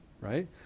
right